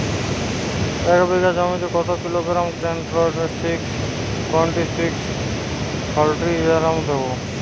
এক বিঘা জমিতে কত kilogram ten twenty six twenty six fertiliser দেবো?